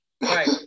Right